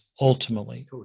ultimately